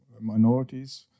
minorities